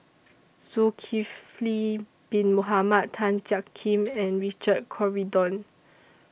Zulkifli Bin Mohamed Tan Jiak Kim and Richard Corridon